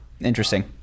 Interesting